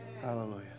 Hallelujah